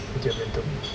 有点 random